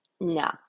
No